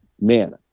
man